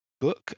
book